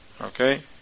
Okay